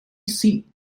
seat